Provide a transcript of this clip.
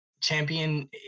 Champion